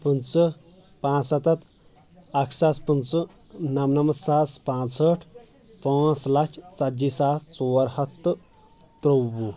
پٕنژٕہ پانٛژستتھ اکھ ساس پٕنژٕہ نمنمتھ ساس پانٛژہٲٹھ پٲنژھ لچھ ژتجی ساس ژور ہتھ تہٕ تروٚوُہ